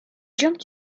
junk